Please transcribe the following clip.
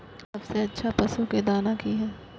सबसे अच्छा पशु के दाना की हय?